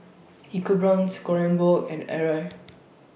EcoBrown's Kronenbourg and Arai